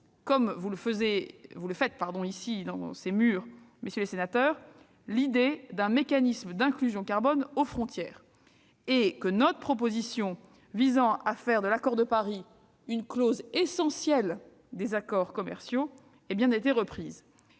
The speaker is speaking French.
comme vous le faites dans ces murs, mesdames, messieurs les sénateurs, l'idée d'un mécanisme d'inclusion carbone aux frontières, et que notre proposition visant à faire de l'accord de Paris une clause essentielle des accords commerciaux ait été retenue.